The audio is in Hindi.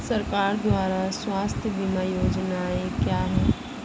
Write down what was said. सरकार द्वारा स्वास्थ्य बीमा योजनाएं क्या हैं?